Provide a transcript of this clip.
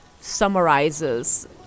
summarizes